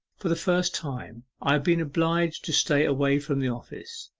for the first time, i have been obliged to stay away from the office.